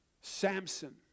Samson